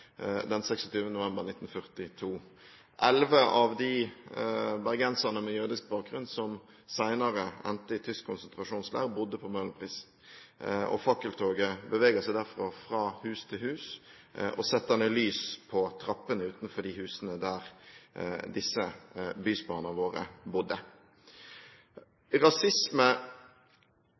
den 26. november 1942. 11 av de bergenserne med jødisk bakgrunn som senere endte i tysk konsentrasjonsleir, bodde på Møhlenpris, og fakkeltoget beveger seg derfra, fra hus til hus, og det settes ned lys på trappen utenfor de husene der disse bysbarna våre bodde.